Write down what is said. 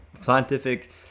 scientific